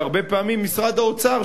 שהרבה פעמים משרד האוצר,